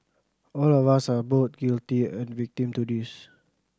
all of us are both guilty and victim to this